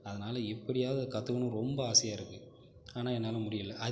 அதனால் எப்படியாவது அதை கற்றுக்கணும்னு ரொம்ப ஆசை இருக்குது ஆனால் என்னால் முடியல